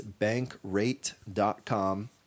bankrate.com